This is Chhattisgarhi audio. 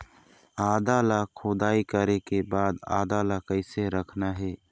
आदा ला खोदाई करे के बाद आदा ला कैसे रखना हे?